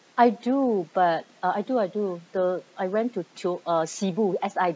I do but I do I do the I went to to uh sibu S I